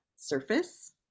surface